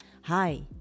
Hi